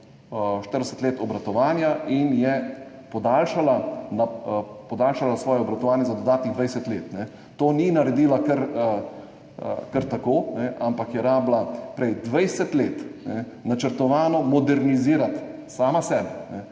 40 let obratovanja in je podaljšala svoje obratovanje za dodatnih 20 let. Tega ni naredila kar tako, ampak je rabila prej 20 let načrtovano modernizirati samo sebe,